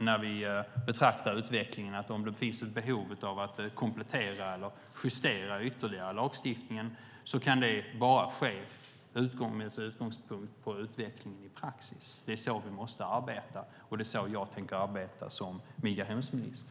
När vi nu betraktar utvecklingen kan vi se att om det finns ett behov av att komplettera eller justera lagstiftningen ytterligare kan det bara ske med utgångspunkt i utvecklingen i praxis. Det är så vi måste arbeta, och det är så jag tänker arbeta som migrationsminister.